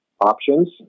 options